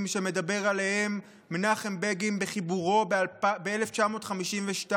שמדבר עליהם מנחם בגין בחיבורו בעל פה ב-1952.